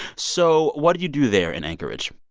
so what do you do there in anchorage?